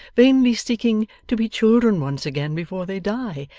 vainly seeking to be children once again before they die,